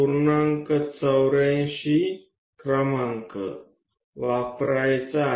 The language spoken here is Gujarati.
84 આંકડાનો આપણે ઉપયોગ કરીશું